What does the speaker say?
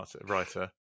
writer